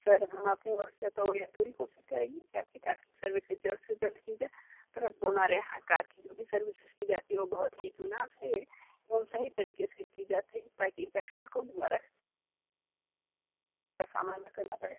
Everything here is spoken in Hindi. सर हम अपनी ओर से तो ये पूरी कोशिश करेंगे कि आपकी कार की सर्विसेस जल्द से जल्द की जाए तुरंत हमारे यहाँ कार की जो भी सर्विसेस की जाती है वो बहुत इत्मीनान से एवं सही तरीके से की जाती है ताकि कस्टमर को दोबारा का सामना ना करना पड़े